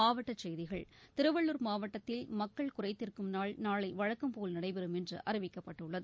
மாவட்டச் செய்திகள் திருவள்ளுர் மாவட்டத்தில் மக்கள் குறை தீர்க்கும் நாள் நாளை வழக்கம் போல் நடைபெறும் என்று அறிவிக்கப்பட்டுள்ளது